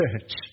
church